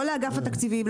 לא לאגף התקציבים,